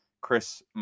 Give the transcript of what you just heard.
Chris